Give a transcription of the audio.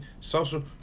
social